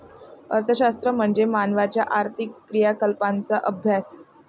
अर्थशास्त्र म्हणजे मानवाच्या आर्थिक क्रियाकलापांचा अभ्यास